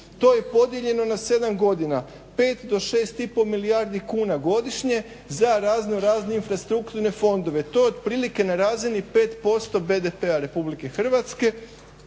To je podijeljeno na 7 godina. Pet do šest i pol milijardi kuna godišnje za razno razne infrastrukturne fondove. To je otprilike na razini 5% BDP-a Republike Hrvatske.